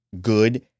good